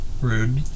Rude